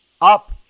up